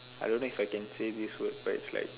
I don't know if I can say this word but it's like